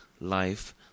life